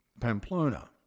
Pamplona